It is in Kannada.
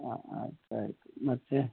ಹಾಂ ಆಯಿತು ಆಯಿತು ಮತ್ತು